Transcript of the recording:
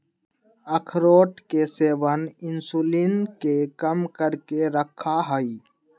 अखरोट के सेवन इंसुलिन के कम करके रखा हई